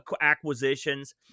acquisitions